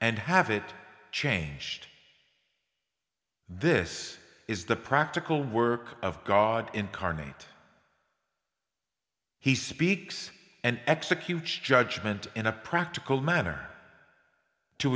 and have it changed this is the practical work of god incarnate he speaks and executes judgment in a practical manner to